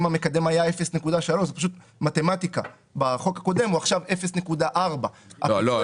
אם בחוק הקודם המקדם היה 0.3 - זאת פשוט מתמטיקה עכשיו הוא 0.4. לא.